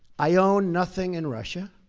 i own nothing in russia.